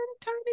tiny